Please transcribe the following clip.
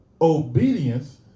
Obedience